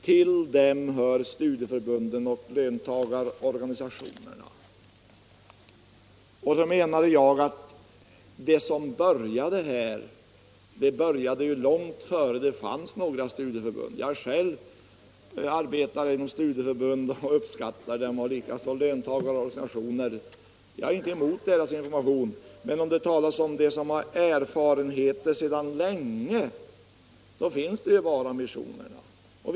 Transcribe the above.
Till dem hör studieförbunden och löntagarorganisationerna.” Vad jag pekade på var att det finns verksamheter som påbörjats långt innan det fanns några studieförbund. Jag har själv arbetat inom ett par studieförbund och uppskattar både deras och löntagarorganisationers arbete. Jag har inte heller något emot deras information. Men om det gäller organisationer som har erfarenhet sedan länge, är det bara missionerna som kan komma i fråga.